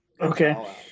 Okay